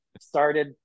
started